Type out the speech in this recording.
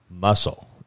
muscle